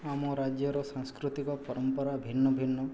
ଆମ ରାଜ୍ୟର ସାଂସ୍କୃତିକ ପରମ୍ପରା ଭିନ୍ନ ଭିନ୍ନ